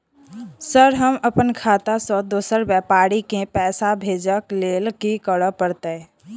Sir हम अप्पन खाता सऽ दोसर व्यापारी केँ पैसा भेजक लेल की करऽ पड़तै?